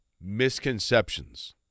misconceptions